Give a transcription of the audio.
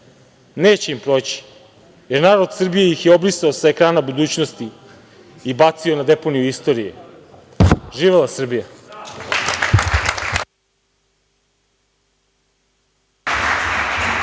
neće im proći, jer narod Srbije ih je obrisao sa ekrana budućnosti i bacio na deponiju istorije. Živela Srbija.